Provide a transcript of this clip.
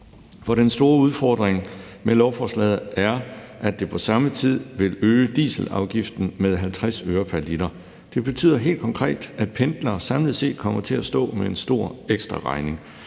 For den store udfordring med lovforslaget er, at det på samme tid vil øge dieselafgiften med 50 øre pr. l. Det betyder helt konkret, at pendlere samlet set kommer til at stå med en stor ekstraregning.